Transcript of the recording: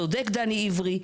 צודק דני עברי,